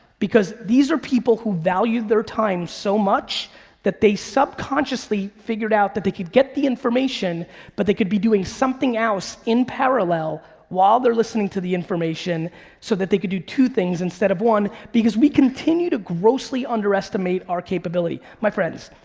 because these are people who value their time so much that they subconsciously figured out that they could get the information but they could be doing something else in parallel while they're listening to the information so that they could do two things instead of one because we continue to grossly underestimate our capability. my friends,